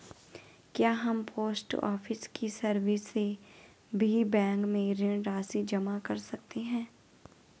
क्या हम post office की सर्विस से भी बैंक में ऋण राशि जमा कर सकते हैं?